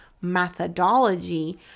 methodology